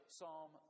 Psalm